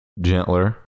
gentler